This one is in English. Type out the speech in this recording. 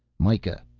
mikah.